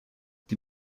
die